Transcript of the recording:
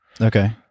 Okay